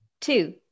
two